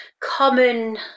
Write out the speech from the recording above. common